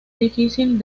difícil